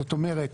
זאת אומרת,